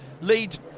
lead